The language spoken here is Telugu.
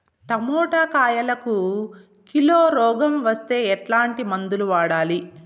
టమోటా కాయలకు కిలో రోగం వస్తే ఎట్లాంటి మందులు వాడాలి?